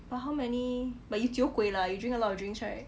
but how many but you 酒鬼 lah you drink a lot of drinks right